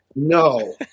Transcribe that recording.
No